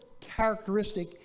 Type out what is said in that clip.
characteristic